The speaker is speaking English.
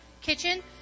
kitchen